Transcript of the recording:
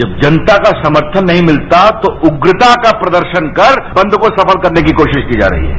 जब जनता का समर्थन नहीं मिलता तो उग्रता का प्रदर्शन कर बंद को सफल करने की कोशिश की जा रही है